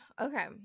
okay